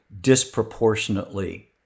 disproportionately